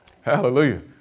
Hallelujah